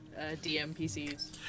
DMPCs